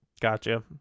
Gotcha